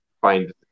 find